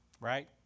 right